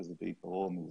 שזה בעיקרו מיעוטים,